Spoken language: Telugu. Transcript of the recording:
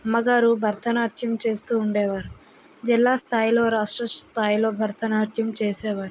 అమ్మగారు భరతనాట్యం చేస్తు ఉండేవారు జిల్లా స్థాయిలో రాష్ట్ర స్థాయిలో భరతనాట్యం చేసేవారు